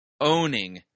owning